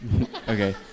Okay